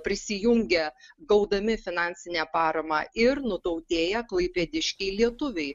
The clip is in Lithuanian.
prisijungia gaudami finansinę paramą ir nutautėję klaipėdiškiai lietuviai